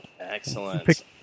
excellent